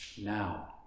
now